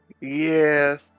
Yes